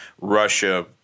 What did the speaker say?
Russia